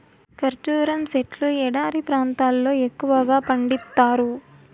ఖర్జూరం సెట్లు ఎడారి ప్రాంతాల్లో ఎక్కువగా పండిత్తారు